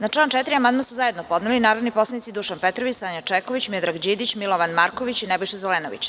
Na član 4. amandman su zajedno podneli narodni poslanici Dušan Petrović, Sanja Čeković, Miodrag Đidić, Milovan Marković i Nebojša Zelenović.